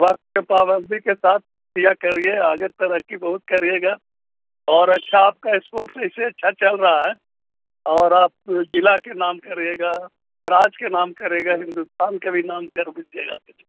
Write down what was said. وقت پابندی کے ساتھ کیایا کریے آگے ترقی بہت کریے گا اور اچھا آپ کا اسپورٹس اسے اچھا چل رہا ہے اور آپ ضلع کے نام کریے گا راج کے نام کرے گا ہندوستان کا بھی نام کر بجیے گا کھ